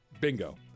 bingo